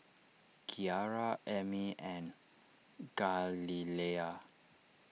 Kiara Emmie and Galilea